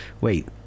Wait